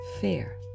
fear